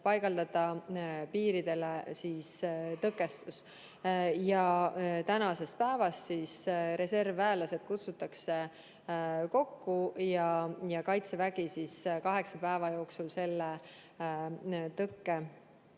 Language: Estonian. paigaldada piiridele tõkestus. Tänasest päevast reservväelased kutsutakse kokku ja Kaitsevägi kaheksa päeva jooksul selle tõkke